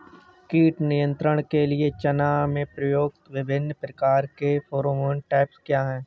कीट नियंत्रण के लिए चना में प्रयुक्त विभिन्न प्रकार के फेरोमोन ट्रैप क्या है?